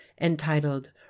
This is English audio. entitled